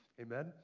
Amen